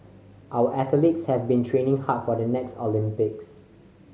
our athletes have been training hard for the next Olympics